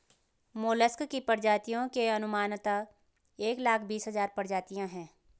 mollusc की प्रजातियों में अनुमानतः एक लाख बीस हज़ार प्रजातियां है